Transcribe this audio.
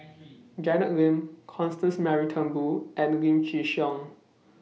Janet Lim Constance Mary Turnbull and Lim Chin Siong